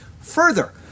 Further